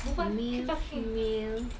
male female